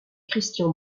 christian